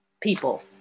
people